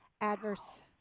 adverse